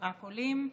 רק עולים.